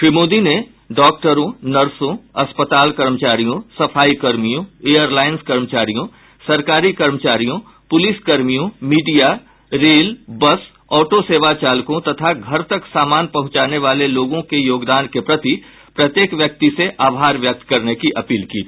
श्री मोदी ने डॉक्टरों नर्सों अस्पताल कर्मचारियों सफाई कर्मियों एयरलाइन्स कर्मचारियों सरकारी कर्मचारियों पूलिस कर्मियों मीडिया रेल बस ऑटोसेवा चालकों तथा घर तक सामान पहुंचाने वाले लोगों के योगदान के प्रति प्रत्येक व्यक्ति से आभार व्यक्त करने की अपील की थी